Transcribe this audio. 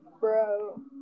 Bro